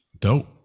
Dope